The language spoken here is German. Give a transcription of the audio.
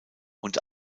und